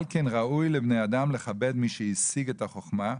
על כן ראוי לבני אדם לכבד את מי שהשיג את החוכמה,